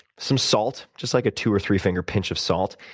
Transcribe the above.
some salt, just like a two or three finger pinch of salt.